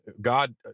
God